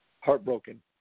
heartbroken